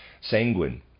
Sanguine